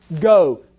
go